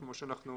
כמו שאנחנו